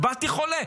באתי חולה.